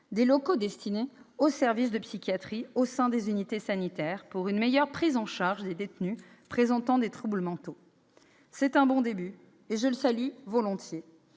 de locaux destinés aux services de psychiatrie au sein des unités sanitaires pour une meilleure prise en charge des détenus présentant des troubles mentaux. » C'est un bon début, et je le salue volontiers.